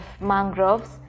mangroves